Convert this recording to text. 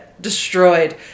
destroyed